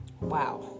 Wow